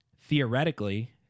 theoretically